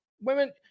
Women